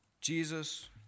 Jesus